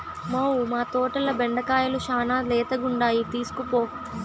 మ్మౌ, మా తోటల బెండకాయలు శానా లేతగుండాయి తీస్కోపో